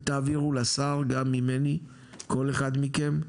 ותעבירו לשר גם ממני, כל אחד מכם.